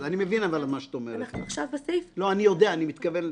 אני בא כוח "פלאש 90". אני אומר לכם,